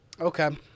Okay